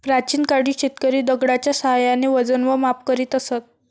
प्राचीन काळी शेतकरी दगडाच्या साहाय्याने वजन व माप करीत असत